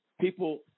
people